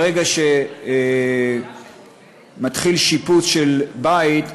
ברגע שמתחיל שיפוץ של בית,